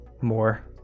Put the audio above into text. more